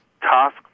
task